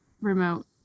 remote